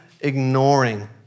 ignoring